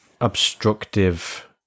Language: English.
obstructive